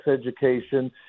education